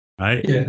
right